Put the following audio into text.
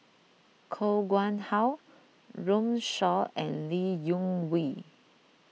Koh Nguang How Runme Shaw and Lee Wung Yew